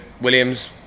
Williams